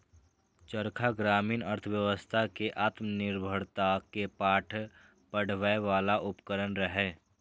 चरखा ग्रामीण अर्थव्यवस्था कें आत्मनिर्भरता के पाठ पढ़बै बला उपकरण रहै